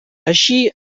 així